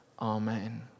Amen